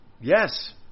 Yes